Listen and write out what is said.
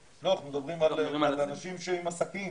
לא, אנחנו מדברים על אנשים שהם עם עסקים